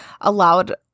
allowed